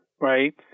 right